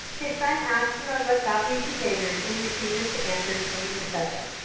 his son asks him him about his behavior and he refuses to answer, changing the subject.